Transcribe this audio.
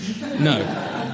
No